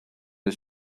his